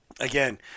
Again